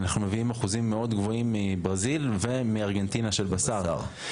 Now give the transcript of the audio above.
אנחנו מביאים אחוזים מאוד גבוהים מברזיל ומארגנטינה של בשר.